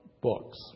books